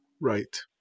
right